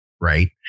Right